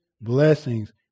blessings